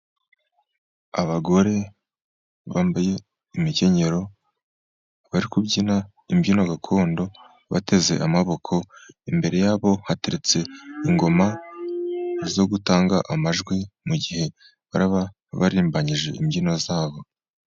Abagore bambaye imikenyero, bari kubyina imbyino gakondo bateze amaboko. Imbere yabo hateretse ingoma zo gutanga amajwi, mu gihe baraba barimbanyije imbyino zabo.